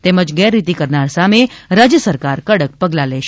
તેમજ ગેરરીતી કરનાર સામે રાજ્યસરકાર કડક પગલાં લેવાશે